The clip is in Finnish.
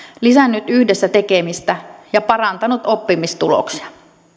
lisännyt yhdessä tekemistä ja parantanut oppimistuloksia